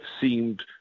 seemed